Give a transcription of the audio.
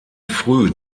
früh